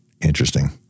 interesting